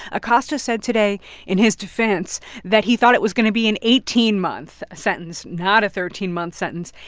acosta said today in his defense that he thought it was going to be an eighteen month sentence, not a thirteen month sentence.